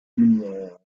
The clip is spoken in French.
lumière